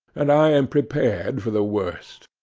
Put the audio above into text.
and i am prepared for the worst